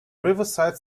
riverside